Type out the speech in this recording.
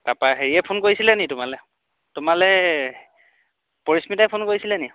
তাৰপৰা হেৰিয়ে ফোন কৰিছিলে নি তোমালৈ তোমালৈ পৰিশ্মিতাই ফোন কৰিছিলেনি